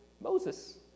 Moses